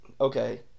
okay